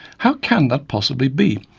how can that possibly be,